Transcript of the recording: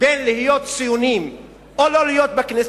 בין להיות ציונים או לא להיות בכנסת,